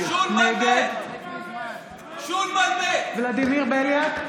נגד ולדימיר בליאק,